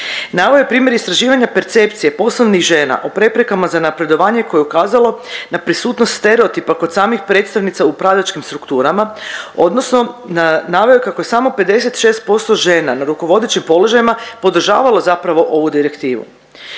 Naveo je primjer istraživanja percepcije poslovnih žena o preprekama za napredovanje koje je ukazalo na prisutnost stereotipa kod samih predstavnica u upravljačkim strukturama odnosno naveo je kako je samo 56% žena na rukovodećim položajima, podržavalo zapravo ovu direktivu.